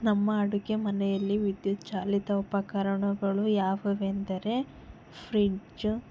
ನಮ್ಮ ಅಡುಗೆ ಮನೆಯಲ್ಲಿ ವಿದ್ಯುಚ್ಚಾಲಿತ ಉಪಕರಣಗಳು ಯಾವುವೆಂದರೆ ಫ್ರಿಡ್ಜು